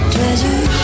Treasure